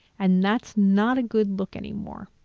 and that's not a good look anymore.